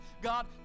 God